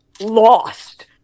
lost